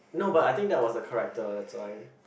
no but I think that was the character that's why